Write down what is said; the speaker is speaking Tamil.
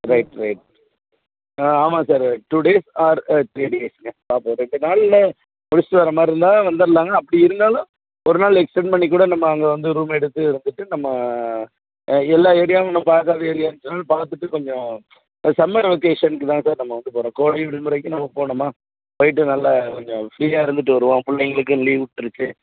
ரைட் ரைட் ஆ ஆமாம் sir two days or three டேஸுங்க பார்ப்போம் ரெண்டு நாளில் முடிச்சுட்டு வர மாதிரி இருந்தால் வந்தடலாங்க அப்படி இருந்தாலும் ஒரு நாள் எக்ஸ்டண்ட் பண்ணிக் கூட நம்ம அங்கே வந்து ரூம் எடுத்து வந்துட்டு நம்ம எல்லா ஏரியாவும் நம்ம பார்க்காத ஏரியா இருந்தாலும் பார்த்துட்டு கொஞ்சம் சம்மர் வெக்கேஷனுக்கு தான் சார் நம்ம வந்துப் போகிறோம் கோடை விடுமுறைக்கு நம்ம போனோமா போயிட்டு நல்ல கொஞ்சம் ஃப்ரீயா இருந்துட்டு வருவோம் பிள்ளைங்களுக்கும் லீவ் விட்ருச்சு